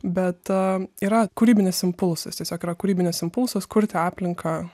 bet a yra kūrybinis impulsas tiesiog yra kūrybinis impulsas kurti aplinką